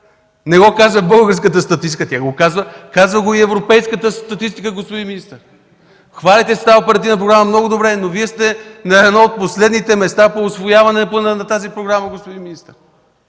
Не го казвам аз, казва го статистиката – българската и европейската статистика, господин министър. Хвалите се с тази Оперативна програма – много добре, но Вие сте на едно от последните места по усвояването на тази програма, господин министър.